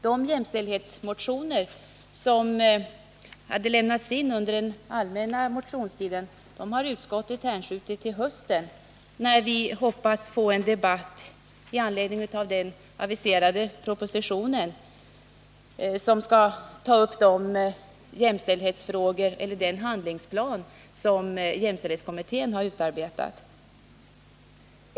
De jämställdhetsmotioner som väcktes under den allmänna motionstiden har utskottet uppskjutit till hösten. Då hoppas vi att vi skall få en debatt i anledning av den aviserade propositionen, som skall ta upp den handlingsplan som jämställdhetskommittén har utarbetat.